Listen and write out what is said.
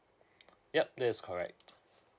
yup that is correct